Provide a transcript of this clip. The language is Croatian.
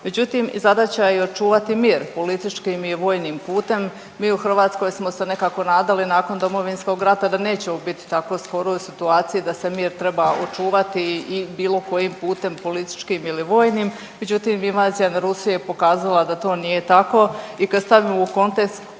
međutim i zadaća je i očuvati mir političkim i vojnim putem. Mi u Hrvatskoj smo se nekako nadali nakon Domovinskog rata da nećemo bit u tako skoroj situaciji da se mir treba očuvati i bilo kojim putem političkim ili vojnim, međutim invazija na Rusiju je pokazala da to nije tako i kad stavimo u kontekst,